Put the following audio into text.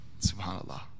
subhanallah